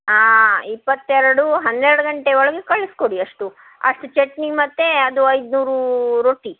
ಆಂ ಇಪ್ಪತ್ತೆರಡು ಹನ್ನೆರಡು ಗಂಟೆ ಒಳಗೆ ಕಳಿಸ್ಕೊಡಿ ಅಷ್ಟು ಅಷ್ಟು ಚಟ್ನಿ ಮತ್ತು ಅದು ಐನೂರು ರೊಟ್ಟಿ